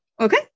Okay